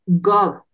God